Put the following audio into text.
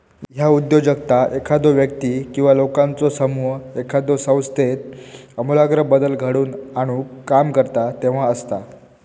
ह्या उद्योजकता एखादो व्यक्ती किंवा लोकांचो समूह एखाद्यो संस्थेत आमूलाग्र बदल घडवून आणुक काम करता तेव्हा असता